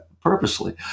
purposely